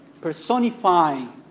personifying